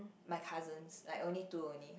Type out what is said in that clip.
my cousins like only two only